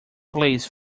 please